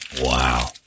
Wow